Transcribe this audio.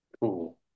cool